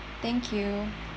thank you